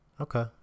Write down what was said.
Okay